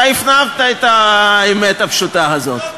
אתה הפנמת את האמת הפשוטה הזאת.